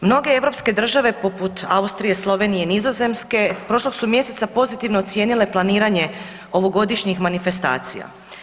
Mnoge europske države poput Austrije, Slovenije, Nizozemske prošlog su mjeseca pozitivno ocijenile planiranje ovogodišnjih manifestacija.